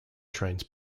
trains